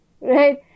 Right